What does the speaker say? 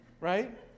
right